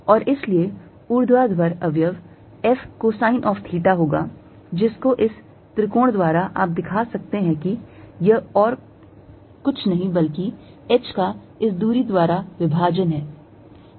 और इसलिए ऊर्ध्वाधर अवयव F cosine of theta होगा जिसको इस त्रिकोण द्वारा आप देख सकते हैं कि यह और कुछ नहीं बल्कि h का इस दूरी द्वारा विभाजन है